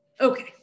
Okay